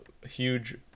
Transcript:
huge